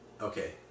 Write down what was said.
okay